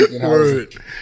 Word